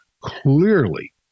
clearly